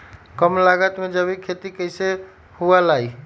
कम लागत में जैविक खेती कैसे हुआ लाई?